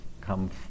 come